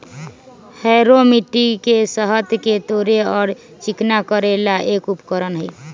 harrow मिट्टी के सतह के तोड़े और चिकना करे ला एक उपकरण हई